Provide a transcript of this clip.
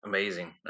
Amazing